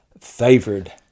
favored